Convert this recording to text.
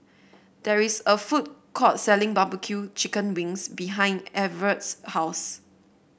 there is a food court selling barbecue Chicken Wings behind Everet's house